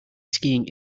skiing